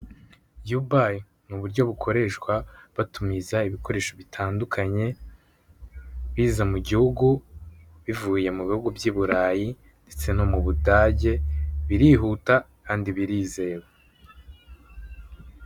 Yubayi ni uburyo bukoreshwa batumiza ibikoresho bitandukanye, biza mugihugu bivuye mubihugu by' i Burayi ndetse no mu Budage, birihuta kandi birizewe.